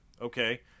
Okay